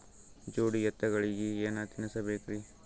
ಜೋಡಿ ಎತ್ತಗಳಿಗಿ ಏನ ತಿನಸಬೇಕ್ರಿ?